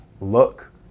Look